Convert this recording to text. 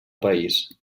país